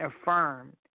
affirmed